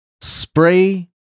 spray